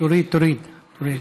תוריד, תוריד.